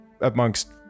amongst